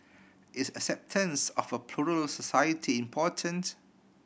is acceptance of a plural society important